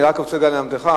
אני רק רוצה ללמדך,